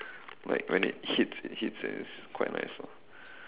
like when it hits it hits and it's quite nice lah